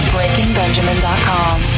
BreakingBenjamin.com